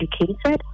educated